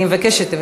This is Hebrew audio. אני מבקשת.